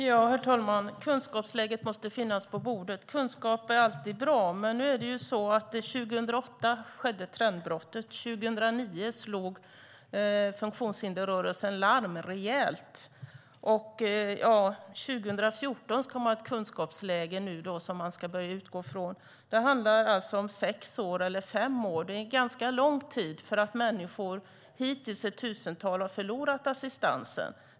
Herr talman! Kunskapsläget måste finnas på bordet. Kunskap är alltid bra. År 2008 skedde trendbrottet, och 2009 slog funktionshindersrörelsen larm. År 2014 ska det finnas ett kunskapsläge som man ska utgå från. Det handlar om fem eller sex år. Det är lång tid för de hittills tusentals människor som har förlorat assistans.